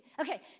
Okay